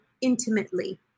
intimately